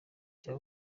cya